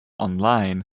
online